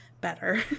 better